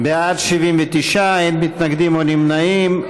בעד, 79, אין מתנגדים או נמנעים.